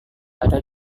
ada